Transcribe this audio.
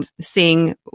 seeing